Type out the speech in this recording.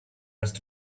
rest